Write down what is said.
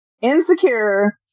insecure